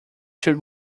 should